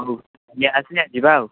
ହଉ ଆସିଲେ ଯିବା ଆଉ